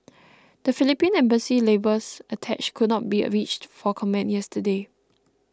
the Philippine Embassy's labours attache could not be reached for comment yesterday